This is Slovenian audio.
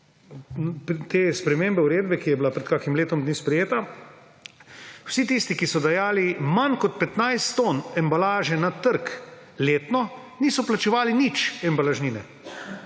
te spremembe uredbe, ki je bila pred kakšnim letom dni sprejeta, vsi tisti, ki so dajali manj kot 15 ton embalaže letno na trg, niso plačevali nič embalažnine.